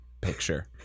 picture